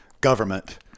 government